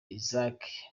isaac